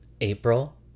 April